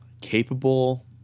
Capable